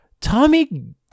Tommy